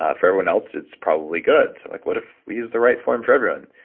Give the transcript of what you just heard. ah for everyone else, it's probably good. like, what if we use the right form for everyone?